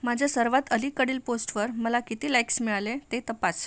माझ्या सर्वात अलीकडील पोस्टवर मला किती लाईक्स मिळाले ते तपास